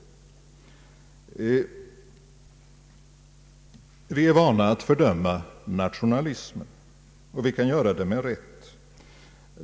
Vi är vana att fördöma nationalism och vi kan göra det med rätt.